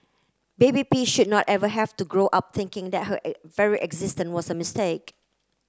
baby P should not ever have to grow up thinking that her very existence was a mistake